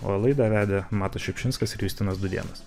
o laidą vedė matas šiupšinskas ir justinas dudėnas